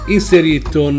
Inserito